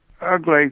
ugly